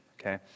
okay